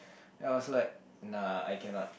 I was like nah I cannot